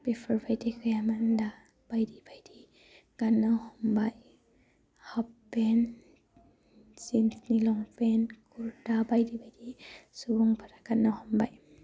बेफोरबायदि गैयामोन दा बायदि बायदि गाननो हमबाय हाफपेन्ट जिन्सनि लंफेन कुर्टा बायदि बायदि सुबुंफोरा गाननो हमबाय